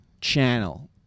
channel